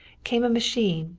came a machine,